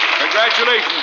Congratulations